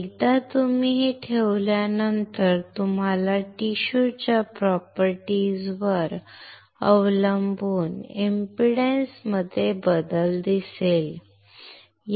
एकदा तुम्ही ते ठेवल्यानंतर तुम्हाला टिश्यू च्या प्रॉपर्टीज वर अवलंबून इंपीडन्स मध्ये बदल दिसेल